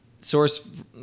source